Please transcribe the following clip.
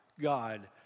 God